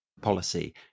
policy